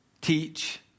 Teach